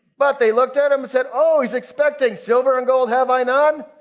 but they looked at him and said, oh, he's expecting. silver and gold have i none,